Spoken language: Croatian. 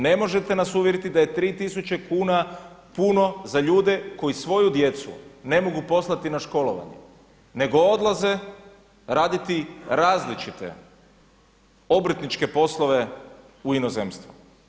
Ne možete nas uvjeriti da je 3 tisuće kuna puno za ljude koji svoju djecu ne mogu poslati na školovanje nego odlaze raditi različite obrtničke poslove u inozemstvo.